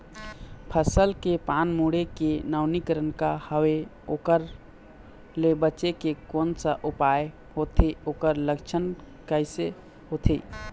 फसल के पान मुड़े के नवीनीकरण का हवे ओकर ले बचे के कोन सा उपाय होथे ओकर लक्षण कैसे होथे?